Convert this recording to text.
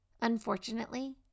Unfortunately